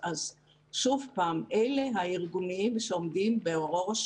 שוב, אלה הארגונים שעומדים בראש